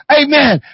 amen